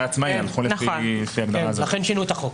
עצמאי אז הלכו לפי --- לכן שינוי את החוק.